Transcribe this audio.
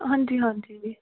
ਹਾਂਜੀ ਹਾਂਜੀ